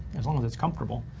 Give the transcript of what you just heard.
as long as it's comfortable.